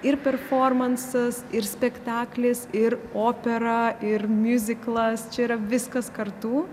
ir performansas ir spektaklis ir opera ir miuziklas čia yra viskas kartu